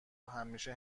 همیشه